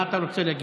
מה אתה רוצה להגיד?